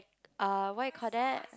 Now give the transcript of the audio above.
uh what you call that